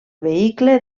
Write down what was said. vehicle